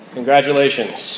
Congratulations